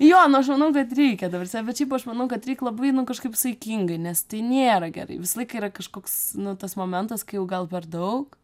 jo nu aš manau kad reikia ta prasme bet šiaip aš manau kad reik labai nu kažkaip saikingai nes tai nėra gerai visą laiką yra kažkoks nu tas momentas kai jau gal per daug